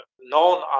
known